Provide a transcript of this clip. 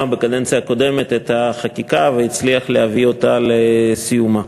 בקדנציה הקודמת את החקיקה והצליח להביא אותה לסיומה.